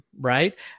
right